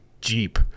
Jeep